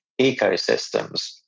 ecosystems